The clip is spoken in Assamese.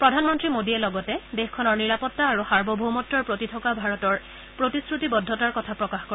প্ৰধানমন্ত্ৰী মোডীয়ে লগতে দেশখনৰ নিৰাপত্তা আৰু সাৰ্বভৌমত্বৰ প্ৰতি থকা ভাৰতৰ প্ৰতিশ্ৰতিবদ্ধতাৰ কথা প্ৰকাশ কৰে